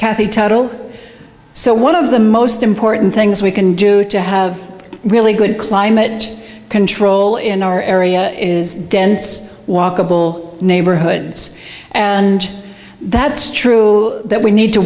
cathy tuttle so one of the most important things we can do to have really good climate control in our area is dense walkable neighborhoods and that's true that we need to